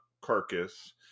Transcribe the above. carcass